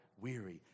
weary